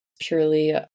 purely